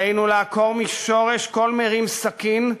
עלינו לעקור משורש כל מרים סכין,